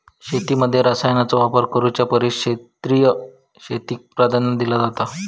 शेतीमध्ये रसायनांचा वापर करुच्या परिस सेंद्रिय शेतीक प्राधान्य दिलो जाता